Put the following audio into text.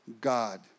God